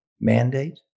mandate